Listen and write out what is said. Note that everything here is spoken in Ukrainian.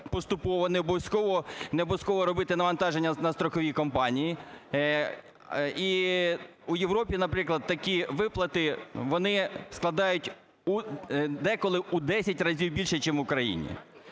обов'язково, не обов'язково робити навантаження на страхові компанії. І у Європі, наприклад, такі виплати, вони складають деколи у десять разів більше, чим в Україні.